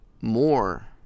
more